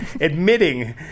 admitting